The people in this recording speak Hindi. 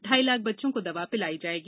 ढाई लाख बच्चों को दवा पिलाई जायेगी